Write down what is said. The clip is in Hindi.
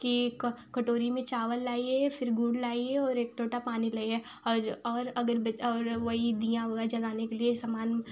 कि कटोरी में चावल लाइए फिर गुड़ लाइए और एक लोटा पानी लाइए और और अगर बित और वही दिया उआ जलाने के लिए सामान